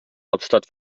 hauptstadt